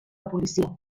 policia